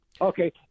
Okay